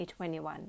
2021